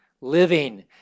living